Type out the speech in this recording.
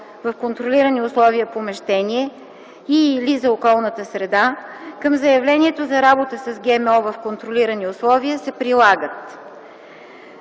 в контролирани условия помещение и/или за околната среда, към заявлението за работа с ГМО в контролирани условия се прилагат: